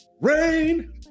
rain